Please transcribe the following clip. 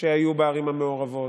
שהיו בערים המעורבות,